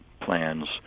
plans